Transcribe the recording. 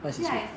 下